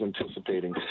anticipating